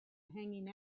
hanging